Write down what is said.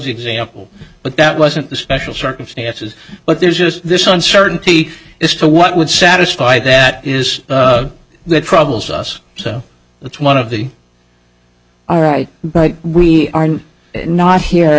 example but that wasn't the special circumstances but there's just this uncertainty as to what would satisfy that is that troubles us so that's one of the all right but we are not here